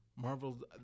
Marvel's